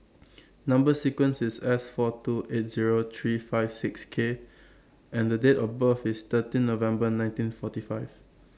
Number sequence IS S four two eight Zero three five six K and The Date of birth IS thirteen November nineteen forty five